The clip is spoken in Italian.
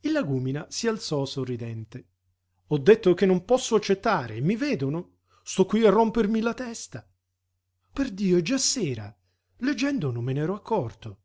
il lagúmina si alzò sorridente ho detto che non posso accettare i vedono sto qui a rompermi la testa perdio è già sera leggendo non me n'ero accorto